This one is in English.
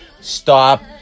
stop